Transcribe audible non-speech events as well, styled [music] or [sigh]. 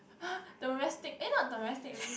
[noise] domestic eh not domestic abuse